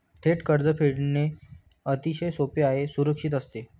थेट कर्ज फेडणे अतिशय सोपे आणि सुरक्षित असते